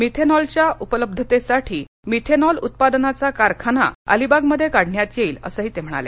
मिथेनॉलच्या उपलब्धतेसाठी मिथेनॉल उत्पादनाचा कारखाना अलिबागमध्ये काढण्यात येईल असंही ते म्हणाले